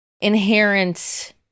inherent